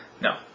No